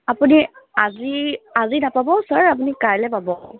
আপুনি আজি আজি নাপাব চাৰ আপুনি কাইলে পাব